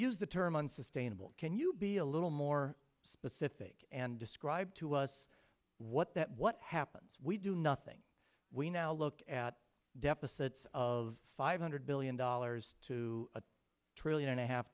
use the term unsustainable can you be a little more specific and describe to us what that what happens if we do nothing we now look at deficits of five hundred billion dollars to a trillion and a half